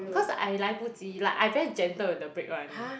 cause I 来不及 like I very gentle with the brake [one]